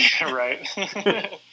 Right